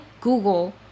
Google